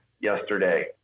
yesterday